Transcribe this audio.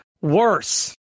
worse